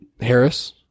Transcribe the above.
Harris